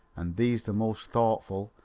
and these the most thoughtful,